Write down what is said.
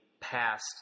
passed